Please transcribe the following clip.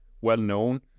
well-known